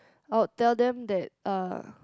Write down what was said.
I would tell them that uh